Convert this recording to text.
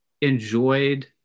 enjoyed